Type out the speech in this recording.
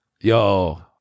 Yo